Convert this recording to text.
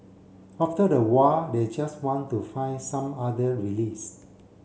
after a while they just want to find some other release